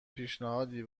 پیشنهادی